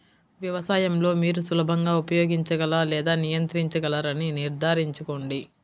వ్యవసాయం లో మీరు సులభంగా ఉపయోగించగల లేదా నియంత్రించగలరని నిర్ధారించుకోండి